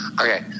Okay